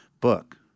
book